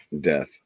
death